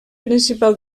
principal